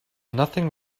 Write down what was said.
nothing